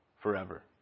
forever